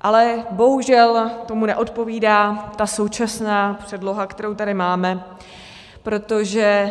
Ale bohužel tomu neodpovídá současná předloha, kterou tady máme, protože